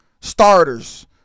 starters